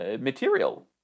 material